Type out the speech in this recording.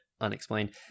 unexplained